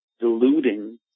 deluding